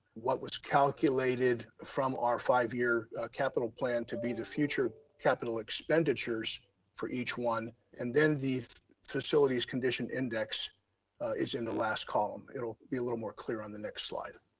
what was calculated from our five year capital plan to be the future capital expenditures for each one. and then the facilities condition index is in the last column. it'll be a little more clear on the next slide.